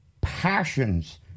passions